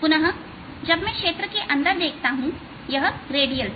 पुनः जब मैं क्षेत्र के अंदर देखता हूं यह रेडियल था